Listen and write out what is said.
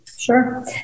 Sure